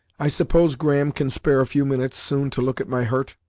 i suppose graham can spare a few minutes, soon, to look at my hurt.